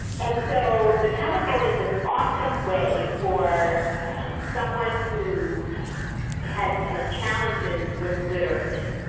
and so the telephone is an awesome way for someone who has has challenges with literacy.